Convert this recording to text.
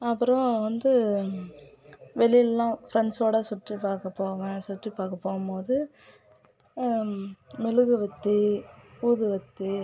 அப்புறம் வந்து வெளியிலலாம் ஃப்ரெண்ட்ஸோட சுற்றி பார்க்க போவேன் சுற்றி பாக்க போகும்மோது மெழுகுவர்த்தி ஊதுவத்தி